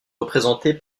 représentée